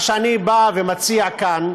מה שאני בא ומציע כאן